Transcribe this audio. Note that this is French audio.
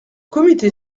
comité